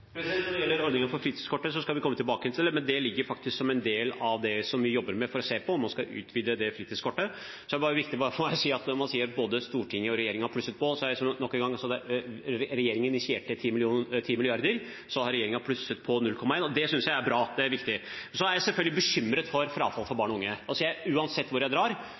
Når det gjelder ordningen med fritidskortet, skal vi komme tilbake igjen til den, men det ligger faktisk som en del av det vi jobber med for å se på om man skal utvide fritidskortet. Så er det viktig for meg, når man sier at både Stortinget og regjeringen har plusset på, å si nok en gang at regjeringen initierte 10 mrd. kr, og så har man plusset på 0,1 mrd. kr, og det synes jeg er bra. Det er viktig. Jeg er selvfølgelig bekymret for frafall blant barn og unge.